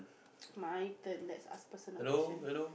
my turn let's ask personal question